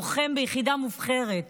לוחם ביחידה מובחרת